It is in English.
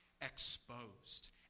exposed